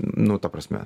nu ta prasme